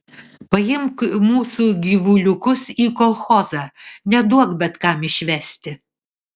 paimk mūsų gyvuliukus į kolchozą neduok bet kam išvesti